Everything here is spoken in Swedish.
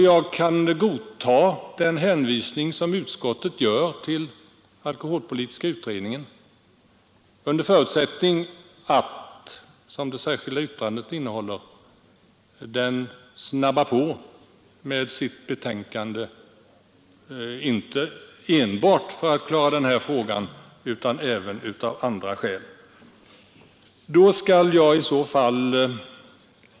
Jag kan godta den hänvisning som utskottet gör till alkoholpolitiska utredningen, under förutsättning att den, som det sägs i det särskilda yttrandet, snabbt lägger fram sitt betänkande, inte enbart för den här frågans skull utan även av andra skäl.